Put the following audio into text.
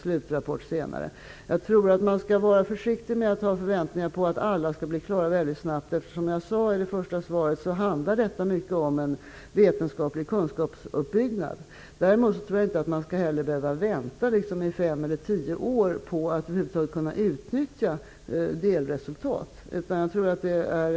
Slutrapporten kommer senare. Jag tror att man skall vara försiktig med att ha förväntningar på att alla skall bli klara snabbt. Som jag sade i interpellationssvaret handlar detta mycket om en vetenskaplig kunskapsuppbyggnad. Jag tror dock inte att man skall behöva vänta i fem eller tio år på att över huvud taget kunna utnyttja delresultat.